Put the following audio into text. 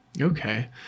Okay